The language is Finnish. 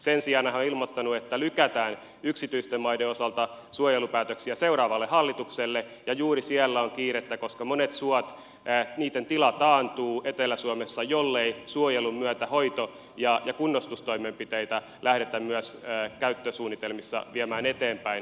sen sijaan hän on ilmoittanut että lykätään yksityisten maiden osalta suojelupäätöksiä seuraavalle hallitukselle ja juuri siellä on kiirettä koska monien soiden tila taantuu etelä suomessa jollei suojelun myötä hoito ja kunnostustoimenpiteitä lähdetä myös käyttösuunnitelmissa viemään eteenpäin